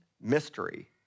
mystery